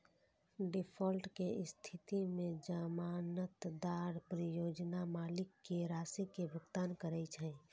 default के स्थिति मे जमानतदार परियोजना मालिक कें राशि के भुगतान करै छै